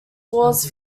walls